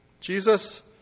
Jesus